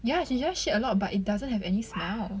ya chinchilla just shit a lot but it doesn't have any smell